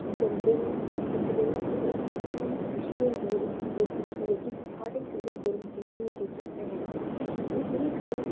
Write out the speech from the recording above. जंदे न होर दिक्खदे न होर इक मन गी खुशी होंदी ऐ इ'यै नेहियां चीजां दिक्खियै कि साढ़े उधमपुर बिच्च बी इ'यै नेहियां चीजां हैन होर रेही गल्ल